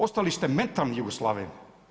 Ostali ste mentalni Jugoslaven.